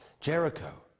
Jericho